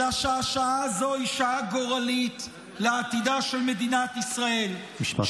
אלא שהשעה הזאת היא שעה גורלית לעתידה של מדינת ישראל --- משפט אחרון.